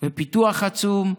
ופיתוח עצום,